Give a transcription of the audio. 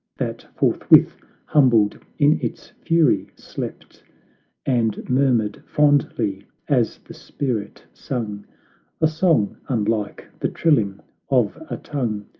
that, forthwith humbled in its fury, slept and murmured fondly as the spirit sung a song unlike the trilling of a tongue,